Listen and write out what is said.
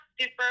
super